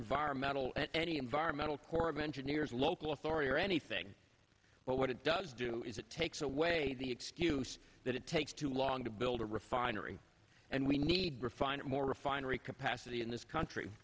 environmental and any environmental corps of engineers local authority or anything but what it does do is it takes away the excuse that it takes too long to build a refinery and we need refined more refinery capacity in this country